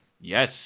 Yes